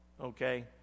Okay